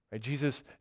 Jesus